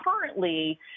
currently